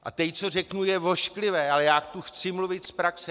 A teď, co řeknu, je ošklivé, ale já tu chci mluvit z praxe.